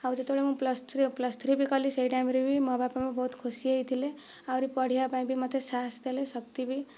ଆଉ ଯେତେବେଳେ ମୁଁ ପ୍ଲସ ଥ୍ରୀ ପ୍ଲସ ଥ୍ରୀ ବି କଲି ସେହି ଟାଇମ୍ ରେ ବି ମୋ ବାପା ମା ବହୁତ ଖୁସି ହୋଇଥିଲେ ଆହୁରି ପଢ଼ିବା ପାଇଁ ବି ମୋତେ ସାହସ ଦେଲେ ଶକ୍ତି ବି